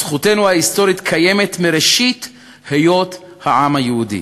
זכותנו קיימת מראשית היות העם היהודי.